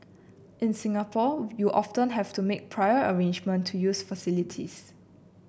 in Singapore you often have to make prior arrangement to use facilities